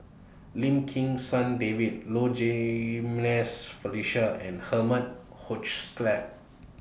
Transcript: Lim Kim San David Low Jimenez Felicia and Herman Hochstadt